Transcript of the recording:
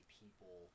people